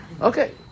Okay